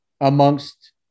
amongst